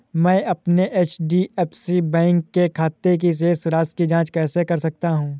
मैं अपने HDFC bank के खाते की शेष राशि की जाँच कैसे कर सकता हूँ?